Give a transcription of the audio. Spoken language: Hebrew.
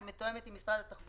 היא מתואמת עם משרד התחבורה,